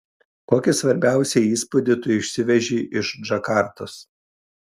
kokį svarbiausią įspūdį tu išsiveži iš džakartos